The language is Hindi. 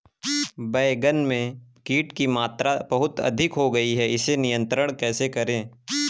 बैगन में कीट की मात्रा बहुत अधिक हो गई है इसे नियंत्रण कैसे करें?